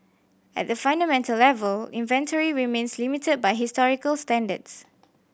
at the fundamental level inventory remains limited by historical standards